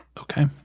Okay